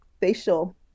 facial